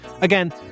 Again